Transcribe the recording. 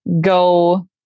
go